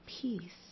peace